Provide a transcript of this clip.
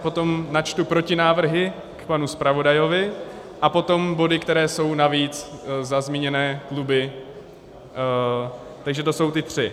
Potom načtu protinávrhy k panu zpravodaji a potom body, které jsou navíc za zmíněné kluby, takže to jsou ty tři.